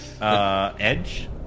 Edge